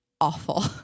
awful